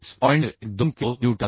12 kilonewton असेल